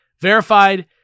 Verified